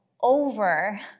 over